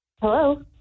Hello